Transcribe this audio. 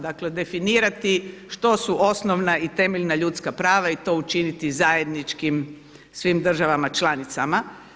Dakle definirati što su osnovna i temeljna ljudska prava i to učiniti zajedničkim svim državama članicama.